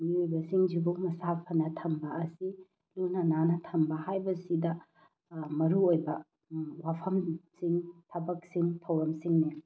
ꯃꯤꯑꯣꯏꯕꯁꯤꯡꯁꯤꯕꯨ ꯃꯁꯥ ꯐꯅ ꯊꯝꯕ ꯑꯁꯤ ꯂꯨꯅ ꯅꯥꯟꯅ ꯊꯝꯕ ꯍꯥꯏꯕꯁꯤꯗ ꯃꯔꯨꯑꯣꯏꯕ ꯃꯐꯝꯁꯤꯡ ꯊꯕꯛꯁꯤꯡ ꯊꯧꯔꯝꯁꯤꯡꯅꯤ